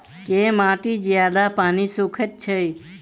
केँ माटि जियादा पानि सोखय छै?